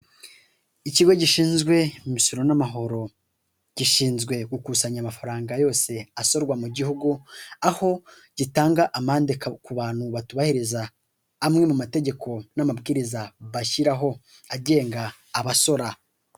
Ikigo gishinzwe imisoro n'amahoro gishinzwe gukusanya amafaranga yose asorwa mu gihugu. Aho gitanga amande ku bantu batubahiriza amwe mu mategeko n'amabwiriza bashyiraho agenga abasora.